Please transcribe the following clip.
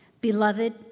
Beloved